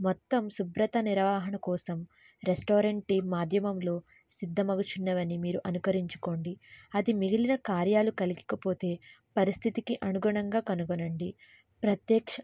మొత్తం శుభ్రత నిర్వహణ కోసం రెస్టారెంట్ టీమ్ మాధ్యమంలో సిద్ధమగుచున్నవని మీరు అనుకరించుకోండి అది మిగిలిన కార్యాలు కలగకపోతే పరిస్థితికి అనుగుణంగా కనుగొనండి ప్రత్యక్ష